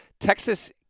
Texas